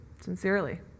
sincerely